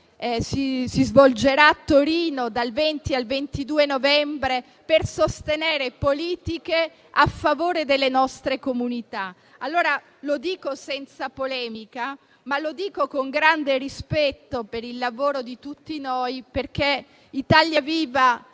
si svolgerà a Torino dal 20 al 22 novembre, per favorire politiche a favore delle nostre comunità. Lo dico senza polemica, ma anzi con grande rispetto per il lavoro di tutti noi, perché Italia Viva